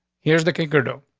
here's the kicker dough.